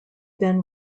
then